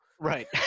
Right